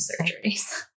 surgeries